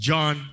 John